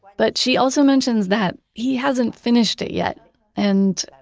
but she also mentions that he hasn't finished it yet and,